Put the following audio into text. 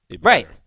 right